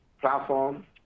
platform